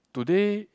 today